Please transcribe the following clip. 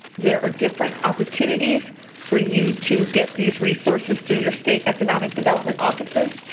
there are different opportunities for you to get these resources through your state economic development offices.